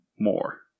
More